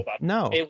no